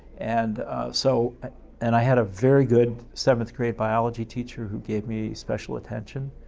and so and i had a very good seventh grade biology teacher who gave me special attention.